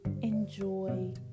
enjoy